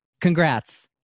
congrats